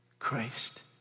Christ